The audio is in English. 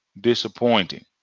disappointing